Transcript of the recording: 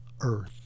earth